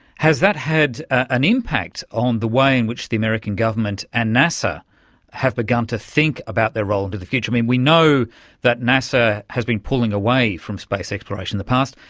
has that had an impact on the way in which the american government and nasa have begun to think about their role into the future? and we know that nasa has been pulling away from space exploration in the past,